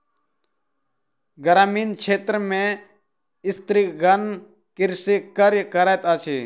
ग्रामीण क्षेत्र में स्त्रीगण कृषि कार्य करैत अछि